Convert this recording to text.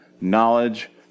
knowledge